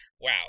wow